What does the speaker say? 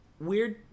Weird